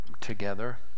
together